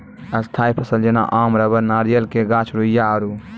स्थायी फसल जेना आम रबड़ नारियल के गाछ रुइया आरु